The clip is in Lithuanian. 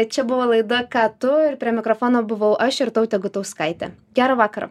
čia buvo laida ką tu ir prie mikrofono buvau aš irtautė gutauskaitė gero vakaro